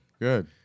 good